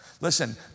Listen